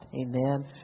Amen